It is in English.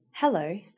Hello